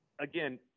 Again